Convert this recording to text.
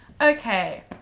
Okay